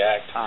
Act